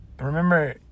remember